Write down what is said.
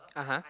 (uh huh)